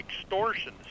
extortion